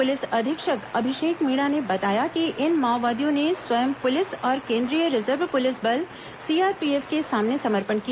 police अधीक्षक अभिषेक मीणा ने बताया कि इन माओवादियों ने स्वयं पुलिस और केंद्रीय रिजर्व पुलिस बल सीआरपीएफ के सामने समर्पण किया